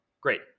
Great